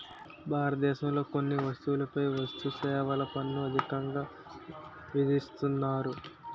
భారతదేశంలో కొన్ని వస్తువులపై వస్తుసేవల పన్ను అధికంగా విధిస్తున్నారు